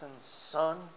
Son